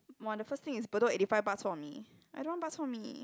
!wah! the first thing is Bedok eighty five bak-chor-mee I don't want bak-chor-mee